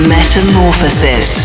Metamorphosis